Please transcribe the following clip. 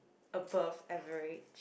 above average